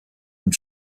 und